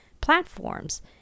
platforms